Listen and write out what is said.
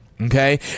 Okay